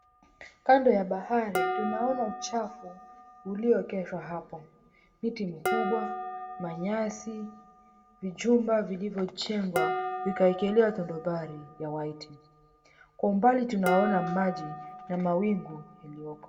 Kando ya bahari tunaona uchafu ulioegeshwa hapo. Miti mikubwa, manyasi vijumba vilivyojengwa vikaekelewa tondubari ya white . Kwa umbali tunaona maji na mawingu ilioko...